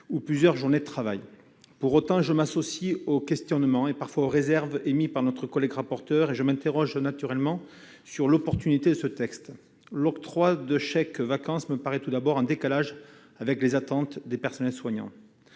ou plusieurs journées de travail. Pour autant, je m'associe aux questionnements et aux réserves émis par Mme le rapporteur. Je m'interroge ainsi sur l'opportunité de ce texte. L'octroi de chèques-vacances me paraît, tout d'abord, en décalage par rapport aux attentes des personnels soignants.